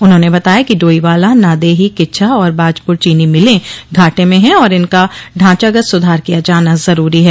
उन्होंने बताया कि डोईवाला नादेही किच्छा और बाजपुर चीनी मिलें घाटें में हैं और इनका ढ़ांचागत सुधार किया जाना जरूरी है